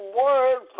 word